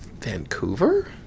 Vancouver